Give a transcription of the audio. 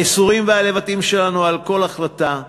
הייסורים והלבטים שלנו על כל החלטה,